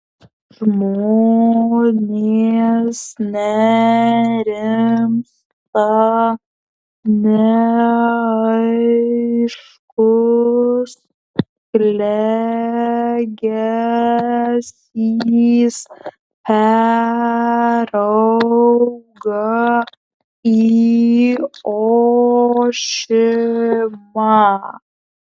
žmonės nerimsta neaiškus klegesys perauga į ošimą